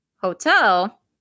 Hotel